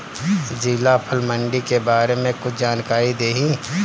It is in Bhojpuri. जिला फल मंडी के बारे में कुछ जानकारी देहीं?